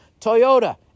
toyota